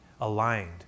aligned